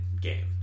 game